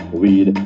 weed